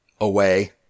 away